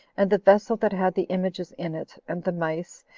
and the vessel that had the images in it, and the mice,